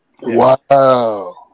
Wow